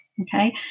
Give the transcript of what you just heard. Okay